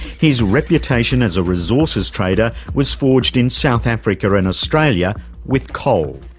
his reputation as a resources trader was forged in south africa and australia with coal.